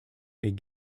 big